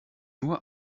nur